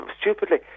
Stupidly